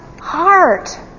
heart